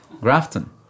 Grafton